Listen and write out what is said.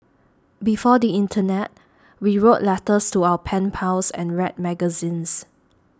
before the internet we wrote letters to our pen pals and read magazines